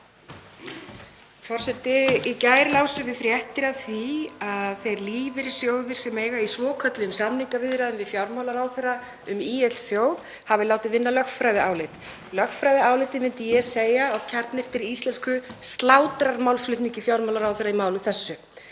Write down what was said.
Forseti. Í gær lásum við fréttir af því að þeir lífeyrissjóðir sem eiga í svokölluðum samningaviðræðum við fjármálaráðherra um ÍL-sjóð hafi látið vinna lögfræðiálit. Lögfræðiálitið, myndi ég segja á kjarnyrtri íslensku, slátrar málflutningi fjármálaráðherra í máli þessu.